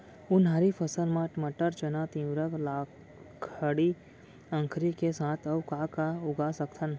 उनहारी फसल मा मटर, चना, तिंवरा, लाखड़ी, अंकरी के साथ अऊ का का उगा सकथन?